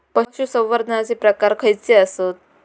पशुसंवर्धनाचे प्रकार खयचे आसत?